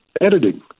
editing